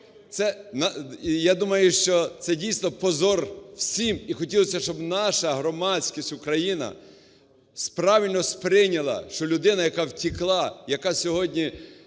я думаю, що це, дійсно, позор всім. І хотілося б, щоб наша громадськість України правильно сприйняла, що людина, яка втекла, яка сьогодні